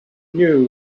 knew